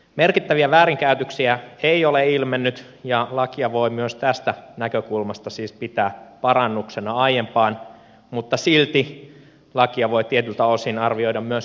merkittäviä väärinkäytöksiä ei ole ilmennyt ja lakia voi siis myös tästä näkökulmasta pitää parannuksena aiempaan mutta silti lakia voi tietyltä osin arvioida myös kriittisesti